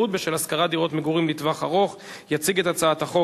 עוברים, תשוב למקומך, אני רוצה לעבור להצבעה,